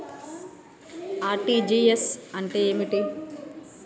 RTGS అంటే ఏమిటి?